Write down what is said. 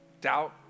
Doubt